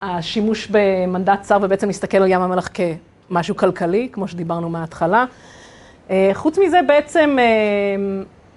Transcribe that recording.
השימוש במנדט צר ובעצם להסתכל על ים המלח כמשהו כלכלי, כמו שדיברנו מההתחלה. חוץ מזה, בעצם...